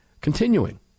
Continuing